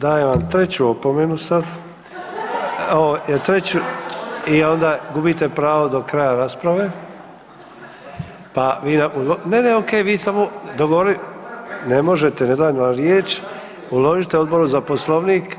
Dajem vam 3 opomenu sad, treću i onda gubite pravo do kraja rasprave pa vi, ne, ne, ok, vi samo, ne možete ne dajem vam riječ, uložite Odboru za poslovnik,